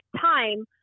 time